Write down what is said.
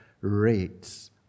rates